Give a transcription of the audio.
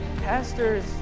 Pastors